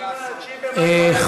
אז קודם כול ב-9 במאי, מה לעשות.